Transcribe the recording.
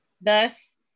thus